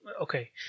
Okay